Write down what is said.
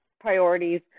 priorities